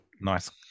Nice